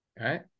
right